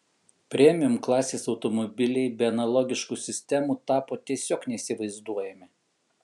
premium klasės automobiliai be analogiškų sistemų tapo tiesiog neįsivaizduojami